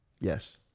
Yes